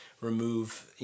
remove